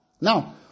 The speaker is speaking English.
Now